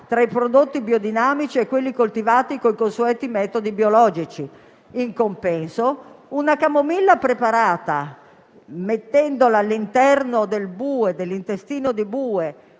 tra i prodotti biodinamici e quelli coltivati con i consueti metodi biologici. In compenso, una camomilla preparata mettendola all'interno dell'intestino di bue